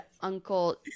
uncle